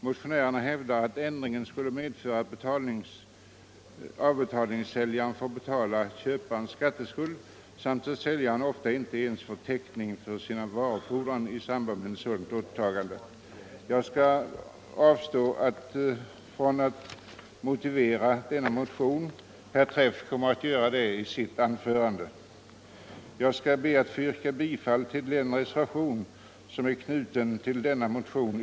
Motionärerna hävdar att ändringen skulle medföra att säljaren får betala köparens skatteskuld samt att säljaren ofta inte ens får täckning för sin varufordran i samband med ett sådant återtagande. Jag skall avstå från att motivera motionen — herr Träff kommer att göra det i sitt anförande — och vill endast yrka bifall till reservationen I som är anknuten till den nämnda motionen.